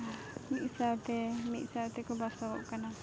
ᱢᱤᱫ ᱥᱟᱶᱛᱮ ᱢᱤᱫ ᱥᱟᱶᱛᱮ ᱠᱚ ᱵᱟᱥᱚᱜᱚᱜ ᱠᱟᱱᱟ